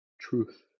truth